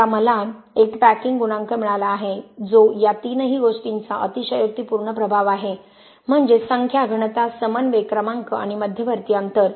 आता मला एक पॅकिंग गुणांक मिळाला आहे जो या तिन्ही गोष्टींचा अतिशयोक्तीपूर्ण प्रभाव आहे म्हणजे संख्या घनता समन्वय क्रमांक आणि मध्यवर्ती अंतर